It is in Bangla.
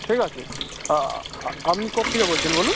ঠিক আছে আপনি কোত্থেকে বলছেন বলুন